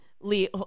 Lee